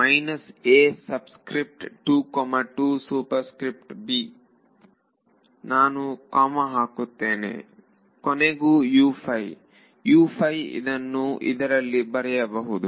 ವಿದ್ಯಾರ್ಥಿ ಮೈನಸ್ ನಾನು ಕಾಮ ಹಾಕುತ್ತೇನೆ ಕೊನೆಗೆ ಇದನ್ನುಇದರಲ್ಲಿ ಬರೆಯಬಹುದು